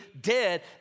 dead